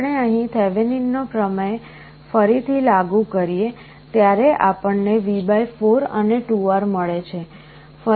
આપણે અહીં થિવેનિનનો પ્રમેય ફરીથી લાગુ કરીએ ત્યારે આપણને V4 અને 2R મળે છે